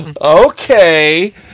okay